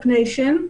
ה-Start-Up Nation,